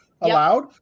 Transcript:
allowed